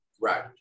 Right